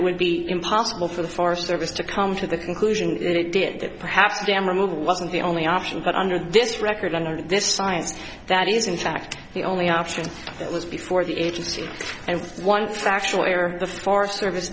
it would be impossible for the forest service to come to the conclusion that it did that perhaps a dam removal wasn't the only option but under this record under this science that is in fact the only option that was before the agency and one factual error the forest service